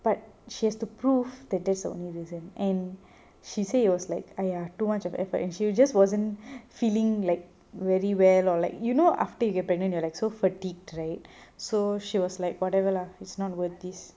but she has to prove that that's the only reason and she said it was like !aiya! too much of effort and she just wasn't feeling like very well or like you know after you get pregnant you''re like so fatigue right so she was like whatever lah it's not worth this